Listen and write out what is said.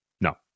No